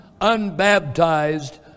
unbaptized